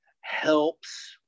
helps